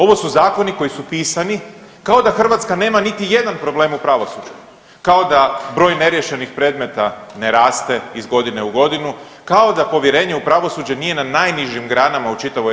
Ovo su zakoni koji su pisani kao da Hrvatska nema niti jedan problem u pravosuđu, kao da broj neriješenih predmeta ne raste iz godine u godinu, kao da povjerenje u pravosuđe nije na najnižim granama u čitavoj EU.